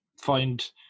find